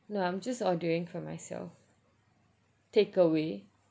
no I'm just ordering for myself takeaway